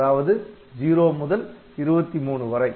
அதாவது 0 முதல் 23 வரை